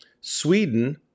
Sweden